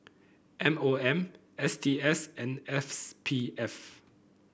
M O M S T S and S P F